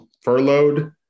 furloughed